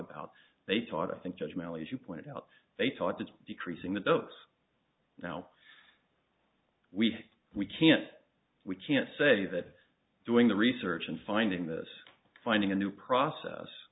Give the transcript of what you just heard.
about they taught i think judgment as you pointed out they thought that decreasing the dose now we we can't we can't say that doing the research and finding this finding a new process